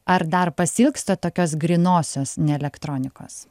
ar dar pasiilgstat tokios grynosios ne elektronikos